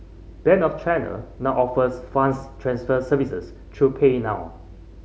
Bank of China now offers funds transfer services through Pay Now